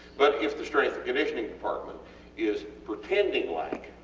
but if the strength and conditioning department is pretending like